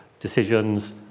decisions